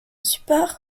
support